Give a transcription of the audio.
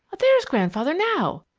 there's grandfather now!